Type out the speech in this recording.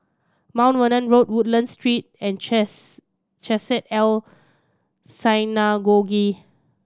Mount Vernon Road Woodlands Street and Chesed El Synagogue